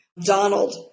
Donald